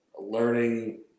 learning